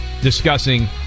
discussing